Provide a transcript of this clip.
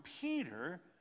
Peter